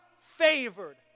favored